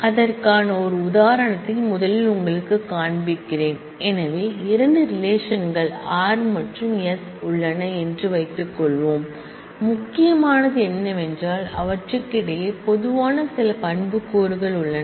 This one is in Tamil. அதற்கான ஒரு உதாரணத்தை முதலில் உங்களுக்குக் காண்பிக்கிறேன் எனக்கு இரண்டு ரிலேஷன்கள் r மற்றும் s உள்ளன என்று வைத்துக்கொள்வோம் முக்கியமானது என்னவென்றால் அவற்றுக்கிடையே பொதுவான சில ஆட்ரிபூட்ஸ் கள் உள்ளன